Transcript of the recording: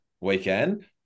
weekend